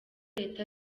leta